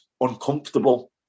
uncomfortable